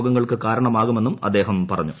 രോഗങ്ങൾക്ക് കാരണമാകുമെന്നും അദ്ദേഹം പറഞ്ഞു